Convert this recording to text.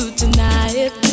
tonight